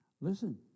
Listen